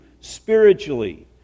spiritually